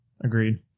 agreed